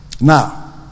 Now